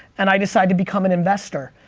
and i decide to become an investor.